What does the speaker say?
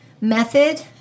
method